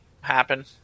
happen